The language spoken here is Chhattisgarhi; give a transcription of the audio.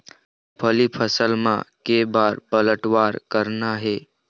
मूंगफली फसल म के बार पलटवार करना हे?